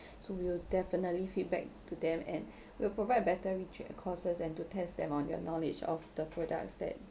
so will definitely feedback to them and we'll provide a better rej~ courses and to test them on their knowledge of the products that